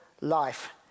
life